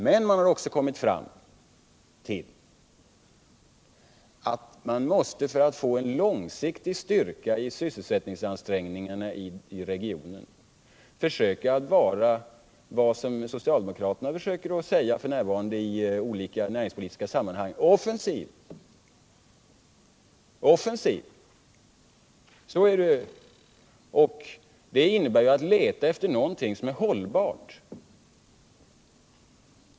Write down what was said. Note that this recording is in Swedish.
Men man har också kommit fram till att man för att få en långsiktig styrka i sysselsättningsansträngningarna i regionen måste försöka att vara offensiv, vilket socialdemokraterna f.n. försöker framhålla i olika näringspolitiska sammanhang. Det innebär att man skall leta efter någonting som är hållbart.